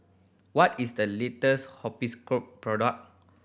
what is the latest Hospicare product